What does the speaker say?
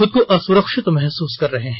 खुद को असुरक्षित महसूस कर रहे हैं